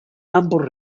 ambos